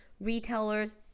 retailers